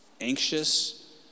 anxious